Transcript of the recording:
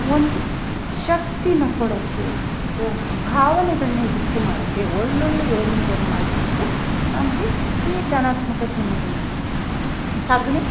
ಒಂದು ಶಕ್ತಿನ ಕೊಡೊಕ್ಕೆ ಇದು ಭಾವನೆಗಳ್ನೇ ಹೆಚ್ಚು ಮಾಡೋಕೆ ಒಳ್ಳೊಳ್ಳೆ ಯೋಜನೆಗಳು ಮಾಡ್ಕೊಣಕೆ ನಮಗೆ ಈ ಧನಾತ್ಮಕ ಸಿಮ್ಡಾ ಸಗಣಿ